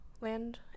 land